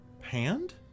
hand